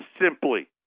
simply